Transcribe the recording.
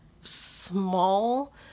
small